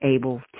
able